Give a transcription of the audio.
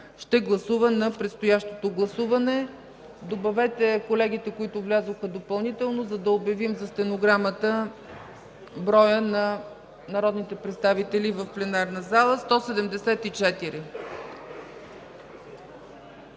ще гласува на предстоящото гласуване. Добавете колегите, които влязоха допълнително, за да обявим за стенограмата броя на народните представители в пленарната зала.